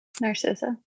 Narcissa